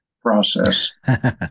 process